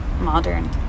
modern